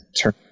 turn